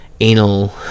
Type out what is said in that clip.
anal